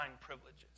privileges